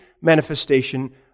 manifestation